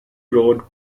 road